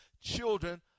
children